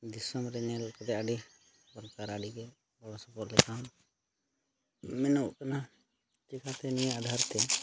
ᱫᱤᱥᱚᱢᱨᱮᱧ ᱧᱮᱞ ᱠᱮᱫᱟ ᱟᱹᱰᱤ ᱫᱚᱠᱟᱨᱟ ᱟᱹᱰᱤᱜᱮ ᱜᱚᱲᱚ ᱥᱚᱯᱚᱦᱚᱫ ᱞᱮᱠᱟ ᱧᱮᱞᱚᱜ ᱠᱟᱱᱟ ᱪᱤᱠᱟᱹᱛᱮ ᱱᱤᱭᱟᱹ ᱟᱫᱷᱟᱨᱛᱮ